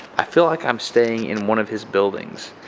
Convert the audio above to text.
i feel like i'm staying in one of his buildings.